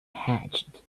hatched